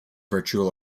virtual